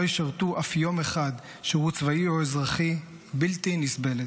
ישרתו אף יום אחד שירות צבאי או אזרחי בלתי נסבלת.